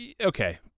Okay